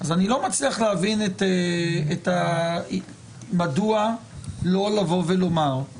אז אני לא מצליח להבין את מדוע לא לבוא ולומר,